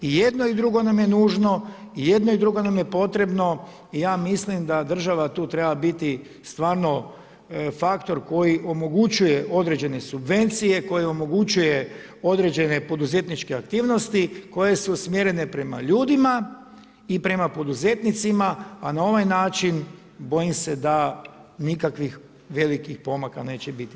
I jedno i drugo nam je nužno i jedno i drugo nam je potrebno i ja mislim da država tu treba biti stvarno faktor koji omogućuje određene subvencije, koji omogućuje određene poduzetniče aktivnosti koje su usmjerene prema ljudima, i prema poduzetnicima a na ovaj način bojim se da nikakvih velikih pomaka neće biti.